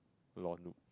lol noob